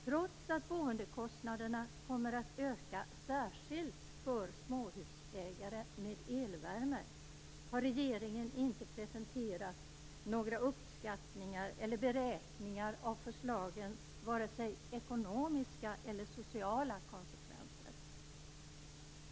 Trots att boendekostnaderna kommer att öka, särskilt för småhusägare med elvärme, har regeringen inte presenterat några uppskattningar eller beräkningar av förslagens vare sig ekonomiska eller sociala konsekvenser.